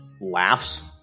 laughs